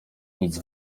nic